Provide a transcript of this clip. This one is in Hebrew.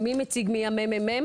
נציגת מרכז המחקר